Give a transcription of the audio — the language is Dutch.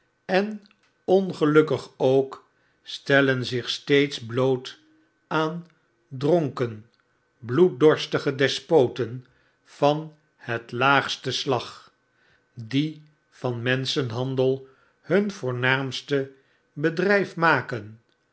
en ongelukkig ook stellen zich steeds bloot aan dronken bloeddorstige despoten van bet laagste slag die van menschenhandel hun voornaamste bedrijf maken